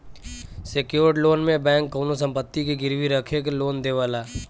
secured loan में bank कउनो संपत्ति के गिरवी रखके लोन देवला